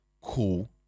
Cool